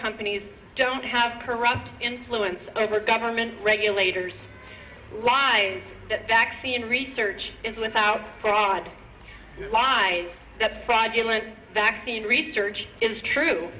companies don't have corrupt influence over government regulators why that vaccine research is without fraud lies that fraudulent vaccine research is true